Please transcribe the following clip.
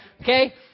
Okay